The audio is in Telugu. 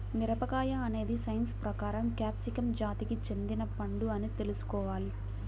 మిరపకాయ అనేది సైన్స్ ప్రకారం క్యాప్సికమ్ జాతికి చెందిన పండు అని తెల్సుకోవాలి